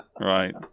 Right